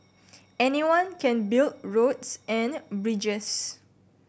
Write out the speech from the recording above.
anyone can build roads and bridges